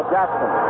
Jackson